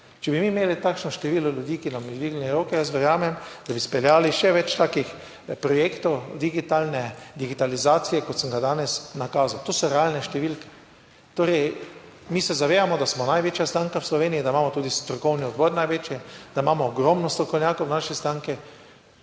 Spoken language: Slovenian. če bi mi imeli takšno število ljudi, ki nam bi dvignili roke, jaz verjamem, da bi izpeljali še več takih projektov digitalne digitalizacije, kot sem ga danes nakazal. To so realne številke. Torej, mi se zavedamo, da smo največja stranka v Sloveniji, da imamo tudi strokovni odbor največji, da imamo ogromno strokovnjakov v naši stranki,